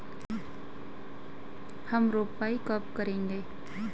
हम रोपाई कब करेंगे?